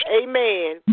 amen